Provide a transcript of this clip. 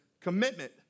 commitment